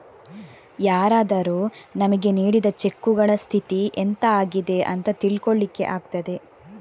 ಯಾರಾದರೂ ನಮಿಗೆ ನೀಡಿದ ಚೆಕ್ಕುಗಳ ಸ್ಥಿತಿ ಎಂತ ಆಗಿದೆ ಅಂತ ತಿಳ್ಕೊಳ್ಳಿಕ್ಕೆ ಆಗ್ತದೆ